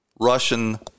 Russian